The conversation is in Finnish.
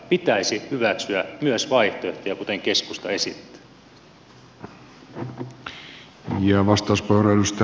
pitäisi hyväksyä myös vaihtoehtoja kuten keskusta esittää